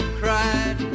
cried